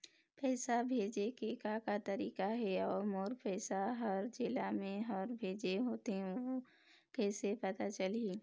पैसा भेजे के का का तरीका हे अऊ मोर पैसा हर जेला मैं हर भेजे होथे ओ कैसे पता चलही?